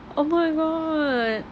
oh my god